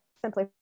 simply